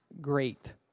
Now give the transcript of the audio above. great